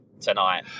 tonight